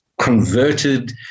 converted